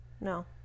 No